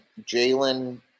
Jalen